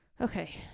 Okay